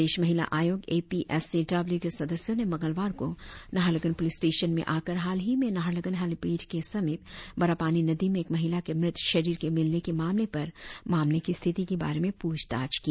प्रदेश महिला आयोग A P S C W के सदस्यों ने मंगलवार को नाहरलगुन पुलिस स्टेशन में आकर हाल ही में नाहरलगुन हैलिपेड के समीप बारापानी नदी में एक महिला के मृत शरीर के मिलने के मामले पर मामले की स्थिति के बारे में पुछताछ की